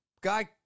guy